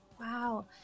wow